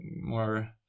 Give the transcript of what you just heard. more